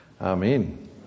Amen